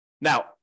Now